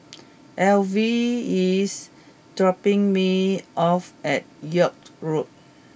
Alvy is dropping me off at York Road